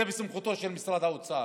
זה בסמכותו של משרד האוצר.